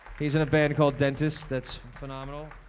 he's in a band called dentist that's phenomenal.